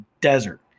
desert